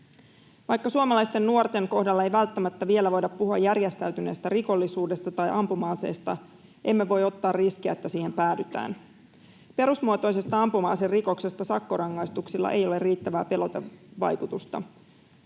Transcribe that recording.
Vaikka suomalaisten nuorten kohdalla ei välttämättä vielä voida puhua järjestäytyneestä rikollisuudesta tai ampuma-aseista, emme voi ottaa riskiä, että siihen päädytään. Perusmuotoisesta ampuma-aserikoksesta sakkorangaistuksilla ei ole riittävää pelotevaikutusta.